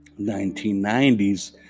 1990s